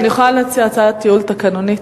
אני יכולה להציע הצעת ייעול תקנונית?